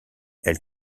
elle